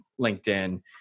LinkedIn